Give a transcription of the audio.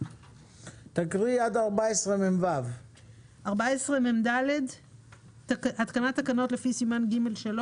תקריאי עד סעיף 14מו. 14מדהתקנת תקנו ת לפי סימן ג'3